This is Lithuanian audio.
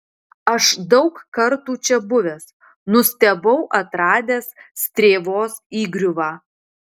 aš daug kartų čia buvęs nustebau atradęs strėvos įgriuvą